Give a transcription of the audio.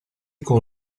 con